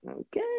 Okay